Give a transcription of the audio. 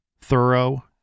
thorough